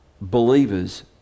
believers